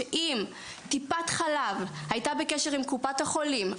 שאם טיפת חלב היתה בקשר עם קופת החולים,